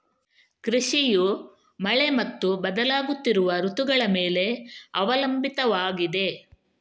ಕೃಷಿಯು ಮಳೆ ಮತ್ತು ಬದಲಾಗುತ್ತಿರುವ ಋತುಗಳ ಮೇಲೆ ಅವಲಂಬಿತವಾಗಿದೆ